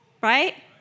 Right